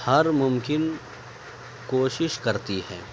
ہر ممکن کوشش کرتی ہے